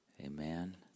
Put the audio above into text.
amen